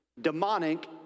demonic